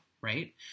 right